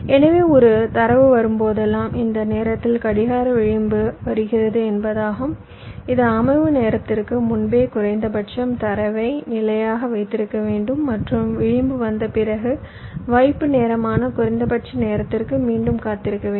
எனவே ஒரு தரவு வரும் போதெல்லாம் இந்த நேரத்தில் கடிகார விளிம்பு வருகிறது என்பதாகும் இது அமைவு நேரத்திற்கு முன்பே குறைந்தபட்சம் தரவை நிலையாக வைத்திருக்க வேண்டும் மற்றும் விளிம்பு வந்த பிறகு வைப்பு நேரமான குறைந்தபட்ச நேரத்திற்கு மீண்டும் காத்திருக்க வேண்டும்